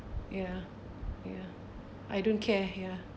ya ya I don't care ya